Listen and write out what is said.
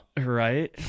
Right